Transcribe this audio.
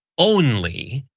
only,